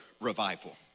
revival